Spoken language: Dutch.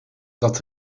dat